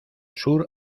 sur